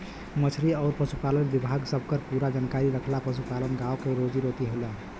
मछरी आउर पसुपालन विभाग सबकर पूरा जानकारी रखना पसुपालन गाँव क रोजी रोटी होला